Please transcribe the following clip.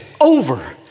over